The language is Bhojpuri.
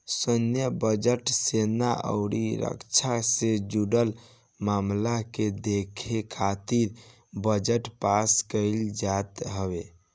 सैन्य बजट, सेना अउरी रक्षा से जुड़ल मामला के देखे खातिर बजट पास कईल जात हवे